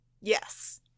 yes